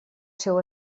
seu